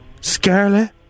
Scarlet